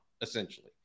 essentially